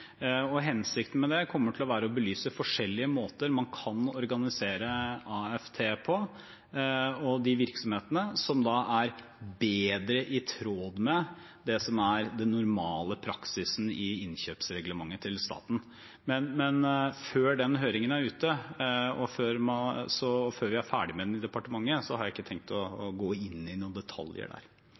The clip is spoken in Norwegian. Hensikten med det kommer til å være å belyse forskjellige måter man kan organisere AFT på – og de virksomhetene – som er bedre i tråd med det som er den normale praksisen i innkjøpsreglementet til staten. Før den høringen er ute, og før vi er ferdig med den i departementet, har jeg ikke tenkt å gå inn i noen detaljer der.